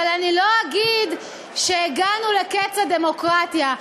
אבל אני לא אגיד שהגענו לקץ הדמוקרטיה.